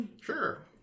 Sure